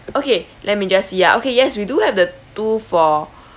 okay let me just see ah okay yes we do have the two for